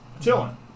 Chilling